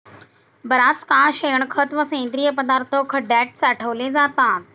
बराच काळ शेणखत व सेंद्रिय पदार्थ खड्यात साठवले जातात